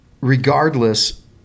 regardless